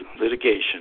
litigation